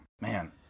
Man